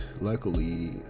luckily